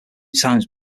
times